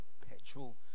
perpetual